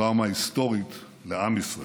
וטראומה היסטורית לעם ישראל.